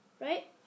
Right